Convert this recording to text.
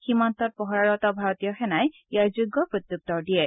সীমান্তত পহৰাৰত ভাৰতীয় সেনাই ইয়াৰ যোগ্য প্ৰত্যুত্বৰ দিয়ে